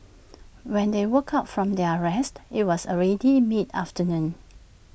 when they woke up from their rest IT was already mid afternoon